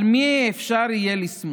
על מי אפשר יהיה לסמוך?